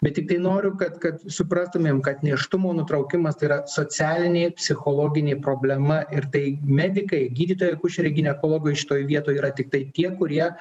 bet tiktai noriu kad kad suprastumėm kad nėštumo nutraukimas tai yra socialinė psichologinė problema ir tai medikai gydytojai akušeriai ginekologai šitoj vietoj yra tiktai tie kurie